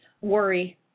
worry